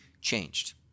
changed